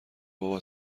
بابا